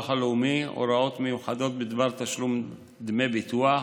הלאומי (הוראות מיוחדות בדבר תשלום דמי ביטוח),